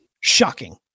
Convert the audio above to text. Shocking